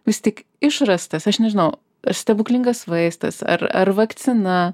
vis tik išrastas aš nežinau ar stebuklingas vaistas ar ar vakcina